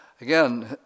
Again